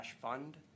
fund